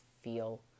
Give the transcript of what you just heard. feel